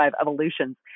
evolutions